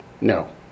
No